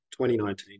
2019